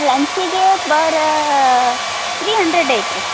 ಲಂಚಿಗೆ ಬರತ್ತೀರೀ ಹಂಡ್ರೆಡ್ ಐತ್ರಿ